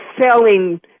selling